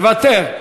מוותר,